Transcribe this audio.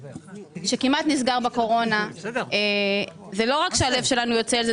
זה לא רק שהלב שלנו יוצא אל זה,